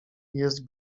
jest